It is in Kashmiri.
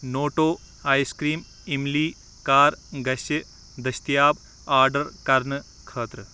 نوٹو آیس کرٛیٖم اِملی کَر گژھِ دٔستیاب آرڈر کرنہٕ خٲطرٕ